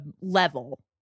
level